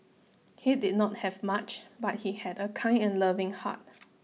he did not have much but he had a kind and loving heart